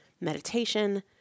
meditation